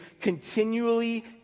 continually